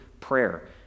prayer